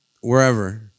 wherever